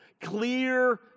Clear